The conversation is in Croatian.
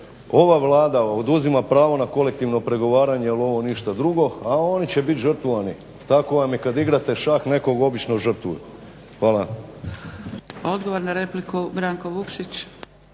ova Vlada oduzima pravo na kolektivno pregovaranje jer ovo ništa drugo, a oni će biti žrtvovani. Tako vam je kad igrate šah, nekog obično žrtvuju. Hvala.